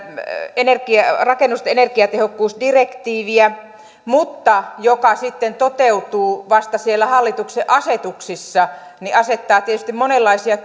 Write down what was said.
rakennusten energiatehokkuusdirektiiviä mutta joka sitten toteutuu vasta siellä hallituksen asetuksissa asettaa tietysti monenlaisia